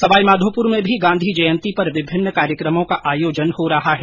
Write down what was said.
सवाई माधोपुर में भी गांधी जयंती पर विभिन्न कार्यक्रमों का आयोजन हो रहा है